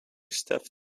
stuff